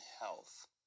health